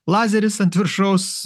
lazeris ant viršaus